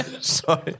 Sorry